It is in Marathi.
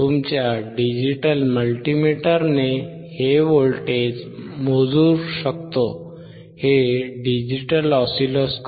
तुमच्या डिजिटल मल्टीमीटरने हे व्होल्टेज मोजू शकतो